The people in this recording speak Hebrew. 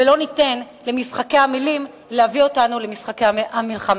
ולא ניתן למשחקי המלים להביא אותנו למשחקי המלחמה.